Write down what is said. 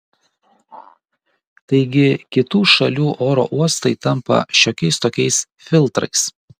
taigi kitų šalių oro uostai tampa šiokiais tokiais filtrais